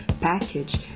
package